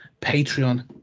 Patreon